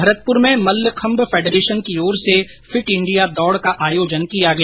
भरतपुर में मल्लखंभ फैडरेशन की ओर से फिट इंडिया दौड़ का आयोजन किया गया